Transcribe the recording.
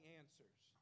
answers